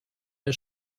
der